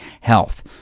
health